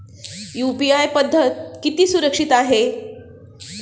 UPI पद्धत किती सुरक्षित आहे?